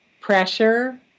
pressure